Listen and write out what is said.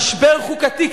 משבר חוקתי,